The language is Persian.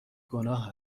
گناه